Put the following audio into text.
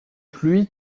pluie